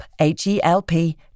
H-E-L-P